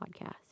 podcast